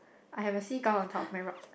I have a seagull on top of my rock